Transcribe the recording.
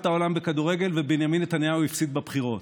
העולם בכדורגל ובנימין נתניהו הפסיד בבחירות,